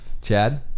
chad